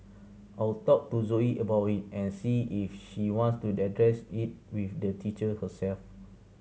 I'll talk to Zoe about it and see if she wants to address it with the teacher herself